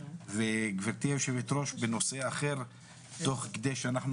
וגבירתי יושבת ראש בנושא אחר, תוך כדי שאנחנו